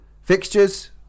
Fixtures